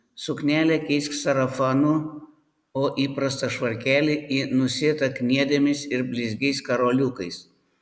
suknelę keisk sarafanu o įprastą švarkelį į nusėtą kniedėmis ir blizgiais karoliukais